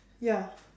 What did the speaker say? ya